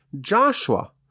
Joshua